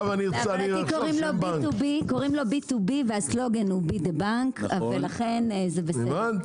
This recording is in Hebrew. להבנתי קוראים לו BTB והסלוגן הוא Be The Bank ולכן זה בסדר.